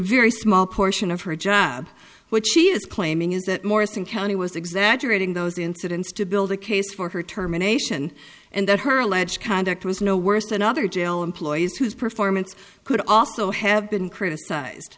very small portion of her job which she is claiming is that morrison county was exaggerating those incidents to build a case for her terminations and that her alleged conduct was no worse than other jail employees whose performance could also have been criticized